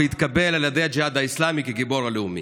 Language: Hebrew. והתקבל על ידי הג'יהאד האסלאמי כגיבור לאומי.